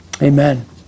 Amen